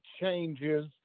changes